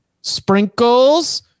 sprinkles